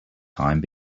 time